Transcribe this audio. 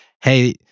Hey